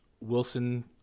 Wilson